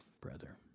brother